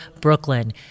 Brooklyn